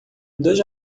dois